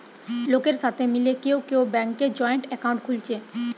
লোকের সাথে মিলে কেউ কেউ ব্যাংকে জয়েন্ট একাউন্ট খুলছে